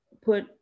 put